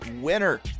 winner